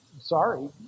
sorry